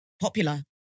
popular